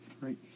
Right